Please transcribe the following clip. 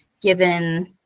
given